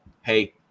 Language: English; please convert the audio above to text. hey